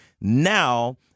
now